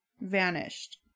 vanished